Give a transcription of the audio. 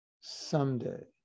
someday